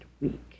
week